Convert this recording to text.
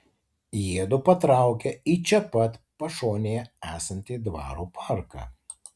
jiedu patraukia į čia pat pašonėje esantį dvaro parką